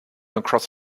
across